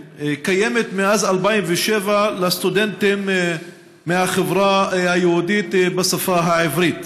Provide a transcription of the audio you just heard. קיימת מאז 2007 לסטודנטים מהחברה היהודית בשפה העברית.